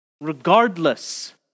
Regardless